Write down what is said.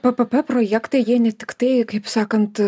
ppp projektai jie ne tiktai kaip sakant